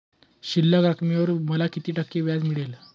शिल्लक रकमेवर मला किती टक्के व्याज मिळेल?